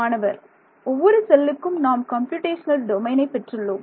மாணவர் ஒவ்வொரு செல்லுக்கும் நாம் கம்ப்யூடேஷனல் டொமைனை பெற்றுள்ளோம்